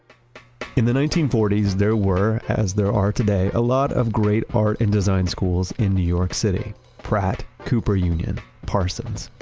in the nineteen forty s, there were, as there are today, a lot of great art and design schools in new york city pratt, cooper union, parsons.